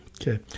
Okay